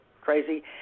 crazy